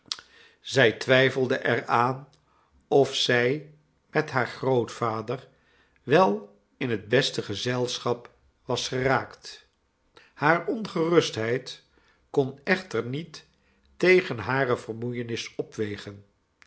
zij twijfelde er aan of zij met haar grootvader wel in het beste gezelschap was geraakt hare ongerustheid kon echter niet tegen hare vermoeienis opwegen